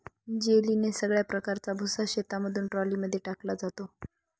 जेलीने सगळ्या प्रकारचा भुसा शेतामधून ट्रॉली मध्ये टाकला जातो